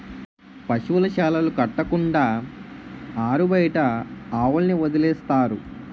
పశువుల శాలలు కట్టకుండా ఆరుబయట ఆవుల్ని వదిలేస్తారు